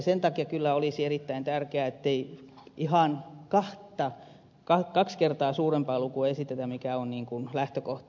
sen takia kyllä olisi erittäin tärkeää ettei ihan kaksi kertaa suurempaa lukua esitetä mikä on lähtökohta